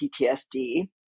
ptsd